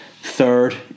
third